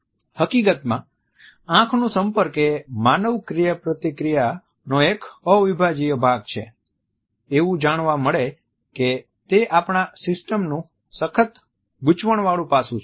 હકીકતમાં આંખનો સંપર્ક એ માનવ ક્રિયાપ્રતિક્રિયાનો એક અવિભાજ્ય ભાગ છે એવું જાણવા મળે કે તે આપણા સિસ્ટમનું સખત ગૂંચવણવાળું પાસું છે